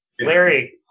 Larry